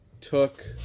took